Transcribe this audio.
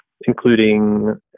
including